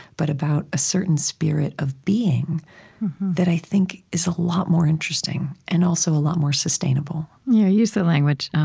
but about a certain spirit of being that, i think, is a lot more interesting, and also, a lot more sustainable you use the language,